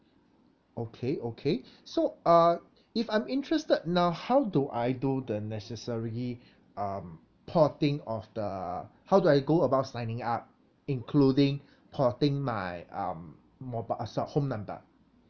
okay okay so uh if I'm interested now how do I do the necessary um porting of the uh how do I go about signing up including porting my um mobi~ uh so~ home number